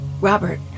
Robert